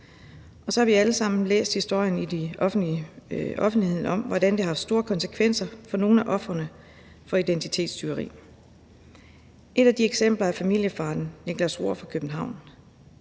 Og så har vi alle sammen læst historierne i offentligheden om, hvordan det har store konsekvenser for nogle af ofrene for identitetstyveri. Et af de eksempler er familiefaren Niklas Roar fra København.